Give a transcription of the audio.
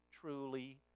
truly